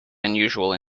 unusual